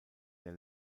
der